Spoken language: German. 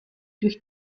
durch